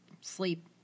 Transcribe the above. sleep